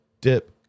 Dip